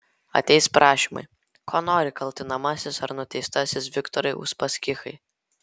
ateis prašymai ko nori kaltinamasis ar nuteistasis viktorai uspaskichai